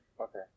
Okay